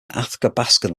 athabaskan